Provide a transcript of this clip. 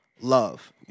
love